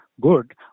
good